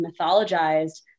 mythologized